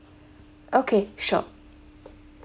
okay sure